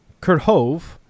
Kerhove